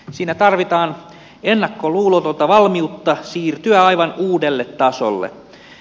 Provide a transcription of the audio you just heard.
siinä tarvitaan ennakkoluulotonta valmiutta siirtyä aivan uudelle tasolle